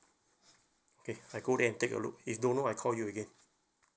okay I go there and take a look if don't know I call you again